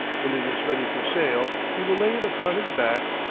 when it is ready for sale, he will lay it upon his back,